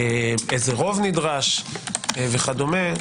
איזה רוב נדרש וכדומה,